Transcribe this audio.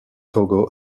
togo